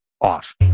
off